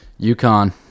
UConn